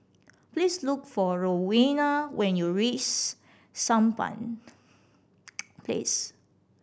please look for Rowena when you Sampan Place